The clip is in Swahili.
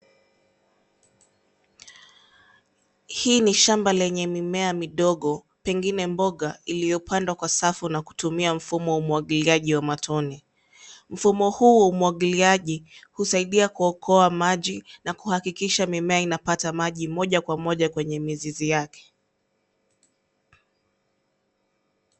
Hii ni shamba lenye mimea midogo pengine mboga iliyopandwa kwa safu na kutumia mfumo wa umwagiliaji wa matone. Mfumo huu wa umwagiliaji husaidia kuokoa maji na kuhakikisha mimea inapata maji moja kwa moja kwenye mizizi yake.